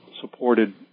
supported